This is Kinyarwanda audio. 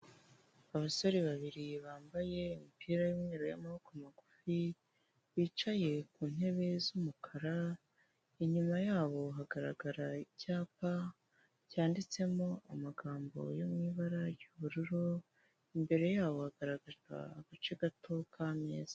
Abasore babiri bambaye imipira y'umweru y'amaboko magufi, bicaye ku ntebe z'umukara, inyuma yabo hagaragara icyapa cyanditsemo amagambo yo mu ibara ry'ubururu, imbere yabo hagaragara agace gato k'ameza.